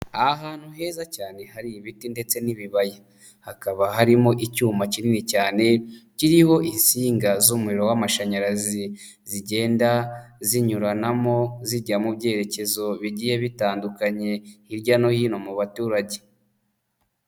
Ahantu heza cyane hari ibiti ndetse n'ibibaya, hakaba harimo icyuma kinini cyane kiriho insinga z'umuriro w'amashanyarazi zigenda zinyuranamo zijya mu byerekezo bigiye bitandukanye hirya no hino mu baturage.